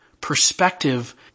perspective